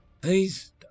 please